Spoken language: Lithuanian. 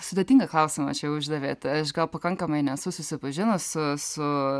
sudėtingą klausimą čia uždavėt aš gal pakankamai nesu susipažinus su su